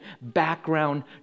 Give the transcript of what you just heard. background